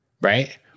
right